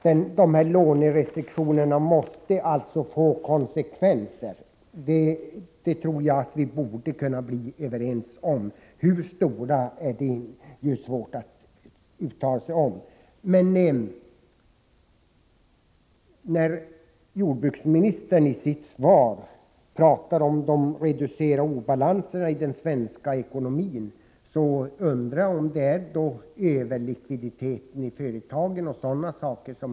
Jag tycker att vi borde kunna vara överens om att lånerestriktionerna måste få konsekvenser. Hur stora de blir är det emellertid svårt att uttala sig om. När jordbruksministern i sitt svar talar om reduceringen av obalanserna i den svenska ekonomin undrar jag om det är överlikviditeten i företagen och sådant som han åsyftar.